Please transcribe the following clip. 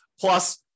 Plus